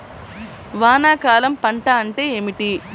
వానాకాలం పంట అంటే ఏమిటి?